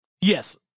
Yes